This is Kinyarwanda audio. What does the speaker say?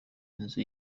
inzu